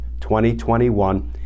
2021